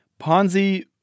Ponzi